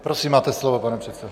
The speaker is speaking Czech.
Prosím, máte slovo, pane předsedo.